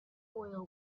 oil